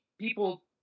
people